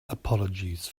apologies